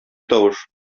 тавыш